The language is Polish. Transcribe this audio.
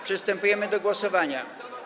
Przystępujemy do głosowania.